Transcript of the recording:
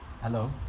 hello